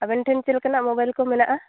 ᱟᱵᱮᱱ ᱴᱷᱮᱱ ᱪᱮᱫ ᱞᱮᱠᱟᱱᱟᱜ ᱢᱳᱵᱟᱭᱤᱞ ᱠᱚ ᱢᱮᱱᱟᱜᱼᱟ